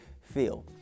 feel